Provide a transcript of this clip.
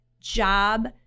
job